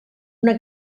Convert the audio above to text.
una